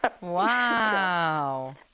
wow